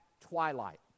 twilight